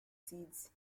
seeds